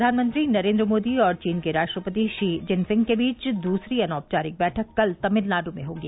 प्रधानमंत्री नरेन्द्र मोदी और चीन के राष्ट्रपति शी चिनफिंग के बीच दूसरी अनौपचारिक बैठक कल तमिलनाडु में होगी